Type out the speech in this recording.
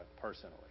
personally